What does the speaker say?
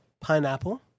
Pineapple